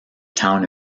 town